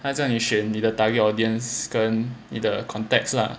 他叫你选你的 target audience 跟你的 context lah